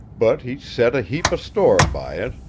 but he set a heap of store by it.